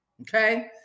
Okay